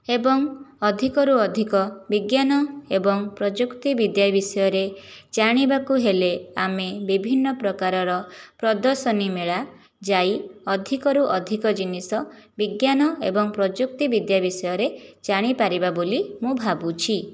ଏବଂ ଅଧିକରୁ ଅଧିକ ବିଜ୍ଞାନ ଏବଂ ପ୍ରଯୁକ୍ତି ବିଦ୍ୟା ବିଷୟରେ ଜାଣିବାକୁ ହେଲେ ଆମେ ବିଭିନ୍ନ ପ୍ରକାରର ପ୍ରଦର୍ଶନୀ ମେଳା ଯାଇ ଅଧିକରୁ ଅଧିକ ଜିନିଷ ବିଜ୍ଞାନ ଏବଂ ପ୍ରଯୁକ୍ତି ବିଦ୍ୟା ବିଷୟରେ ଜାଣିପାରିବା ବୋଲି ମୁଁ ଭାବୁଛି